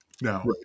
Now